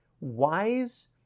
wise